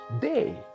day